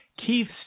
Keith